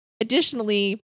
additionally